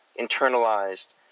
internalized